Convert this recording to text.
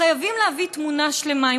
חייבים להביא תמונה שלמה.